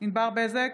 ענבר בזק,